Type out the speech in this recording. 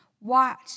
watch